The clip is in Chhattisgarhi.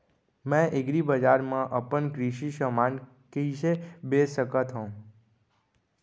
मैं एग्रीबजार मा अपन कृषि समान कइसे बेच सकत हव?